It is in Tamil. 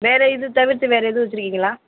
வேற இது தவிர்த்து வேற எதுவும் வச்சிருக்கீங்களா